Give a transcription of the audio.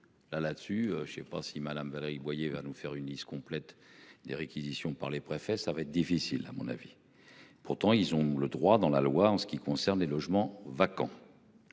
là-dessus, je ne sais pas si Madame Valérie Boyer va nous faire une liste complète des réquisitions par les préfets. Ça va être difficile à mon avis. Pourtant ils ont le droit dans la loi. En ce qui concerne les logements vacants.